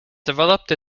developed